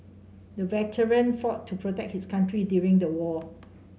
the veteran fought to protect his country during the war